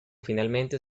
finalmente